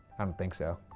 um think so.